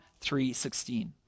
3.16